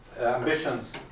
ambitions